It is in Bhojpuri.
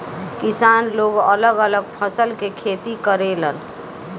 किसान लोग अलग अलग फसल के खेती करेलन